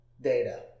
data